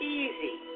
easy